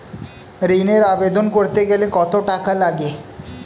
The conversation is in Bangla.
ঋণের আবেদন করতে গেলে কত টাকা লাগে?